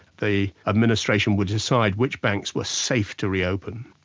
the administration would decide which banks were safe to reopen,